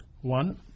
one